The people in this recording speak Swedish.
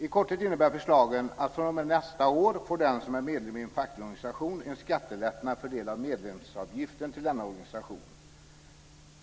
I korthet innebär förslagen att fr.o.m. nästa år får den som är medlem i en facklig organisation en skattelättnad för del av medlemsavgiften till denna organisation.